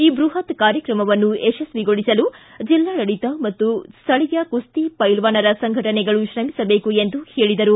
ಈ ಬೃಹತ್ ಕಾರ್ಯಕ್ರಮವನ್ನು ಯಶಸ್ವಿಗೊಳಸಲು ಜಿಲ್ಲಾಡಳತ ಮತ್ತು ಸ್ಥಳೀಯ ಕುಸ್ತಿ ಪೈಲ್ವಾನರ ಸಂಘಟನೆಗಳು ಶ್ರಮಿಸಬೇಕು ಎಂದು ಹೇಳಿದರು